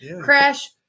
crash